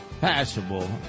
Passable